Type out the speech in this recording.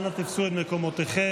אנא תפסו את מקומותיכם.